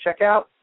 checkout